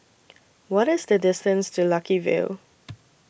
What IS The distance to Lucky View